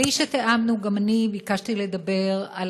בלי שתיאמנו גם אני ביקשתי לדבר על